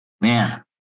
man